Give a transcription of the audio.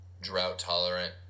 drought-tolerant